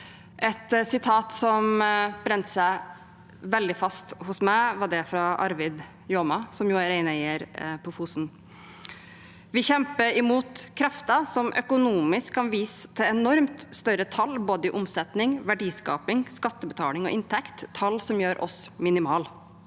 Et sitat som brant seg veldig fast hos meg, var dette fra Arvid Jåma, som er reineier på Fosen: «Vi kjemper imot krefter som økonomisk kan vise til enormt større tall både i omsetning, verdiskaping, skattebetaling og inntekt – tall som gjør oss minimale.